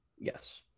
Yes